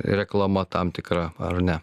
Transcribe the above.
reklama tam tikra ar ne